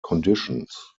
conditions